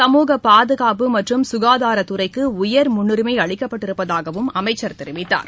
சமூக பாதுகாப்பு மற்றும் சுகாதாரத்துறைக்கு உயர் முன்னுரிமை அளிக்கப்பட்டிருப்பதாகவும் அமைச்சர் தெரிவித்தார்